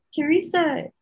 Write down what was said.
Teresa